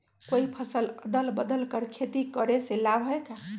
कोई फसल अदल बदल कर के खेती करे से लाभ है का?